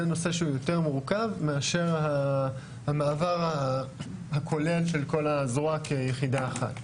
זה נושא שהוא יותר מורכב מאשר המעבר הכולל של כל הזרוע כיחידה אחת.